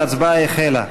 ההצבעה החלה.